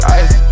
ice